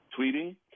tweeting